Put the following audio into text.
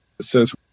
Says